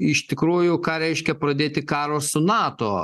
iš tikrųjų ką reiškia pradėti karo su nato